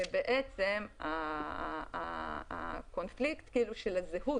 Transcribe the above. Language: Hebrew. שבעצם הקונפליקט של הזהות,